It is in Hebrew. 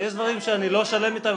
יש דברים שאני לא שלם איתם,